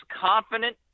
confident